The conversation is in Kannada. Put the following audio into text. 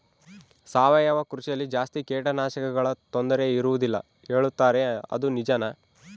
ಸಾವಯವ ಕೃಷಿಯಲ್ಲಿ ಜಾಸ್ತಿ ಕೇಟನಾಶಕಗಳ ತೊಂದರೆ ಇರುವದಿಲ್ಲ ಹೇಳುತ್ತಾರೆ ಅದು ನಿಜಾನಾ?